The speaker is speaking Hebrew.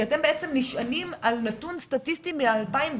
כי למעשה אתם נשענים על נתון סטטיסטי מ-2017,